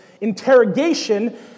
interrogation